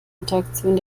interaktion